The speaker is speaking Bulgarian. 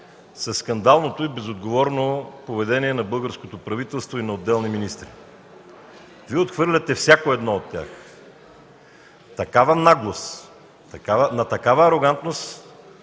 със скандалното и безотговорно поведение на българското правителство и на отделни министри. Вие отхвърляте всяко едно от тях. Такава наглост, на такава арогантност,